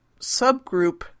subgroup